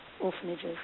orphanages